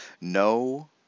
No